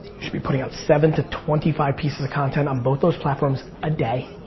should be putting out seven to twenty five pieces of content on both those platforms a day.